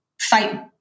fight